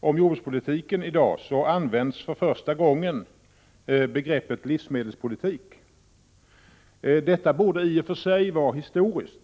om jordbrukspolitiken används för första gången begreppet livsmedelspolitik. Detta borde i och för sig vara historiskt.